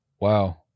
Wow